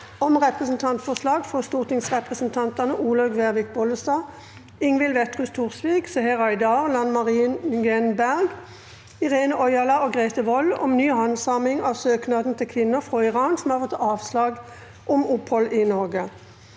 om Representantforslag frå stortingsrepresentantane Olaug Vervik Bollestad, Ingvild Wetrhus Thorsvik, Seher Aydar, Lan Marie Nguyen Berg, Irene Ojala og Grete Wold om ny handsaming av søknaden til kvinner frå Iran som har fått avslag om opphald i Norge